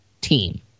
team